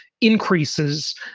increases